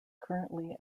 currently